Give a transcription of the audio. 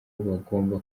bagomba